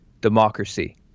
democracy